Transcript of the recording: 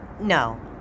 no